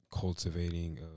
cultivating